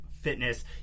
fitness